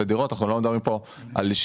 אנחנו מדברים פה על כמה אלפי דירות,